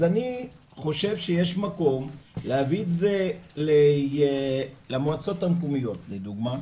אז אני חושב שיש מקום להביא את זה למועצות המקומיות לדוגמא,